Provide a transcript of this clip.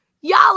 y'all